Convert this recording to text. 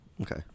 Okay